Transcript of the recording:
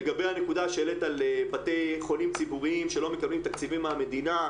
לגבי הנקודה שהעלית לבתי-חולים ציבוריים שלא מקבלים תקציבים מהמדינה,